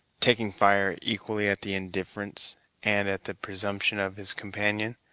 taking fire equally at the indifference and at the presumption of his companion,